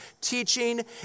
teaching